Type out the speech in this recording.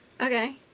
Okay